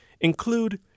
include